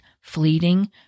fleeting